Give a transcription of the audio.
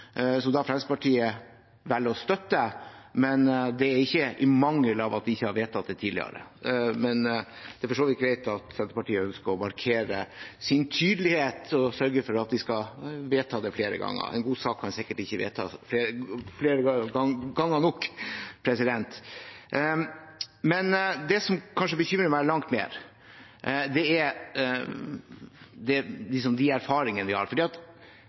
Fremskrittspartiet velger å støtte. Men det er ikke i mangel av at vi ikke har vedtatt det tidligere. Det er for så vidt greit at Senterpartiet ønsker å markere sin tydelighet og sørge for at vi skal vedta det flere ganger. En god sak kan sikkert ikke vedtas mange nok ganger. Det som kanskje bekymrer meg langt mer, er de erfaringene vi har. Som jeg sier: Etterpåklokskap er verdens billigste klokskap. Ja, vi burde vært bedre forberedt på en pandemi. Vi har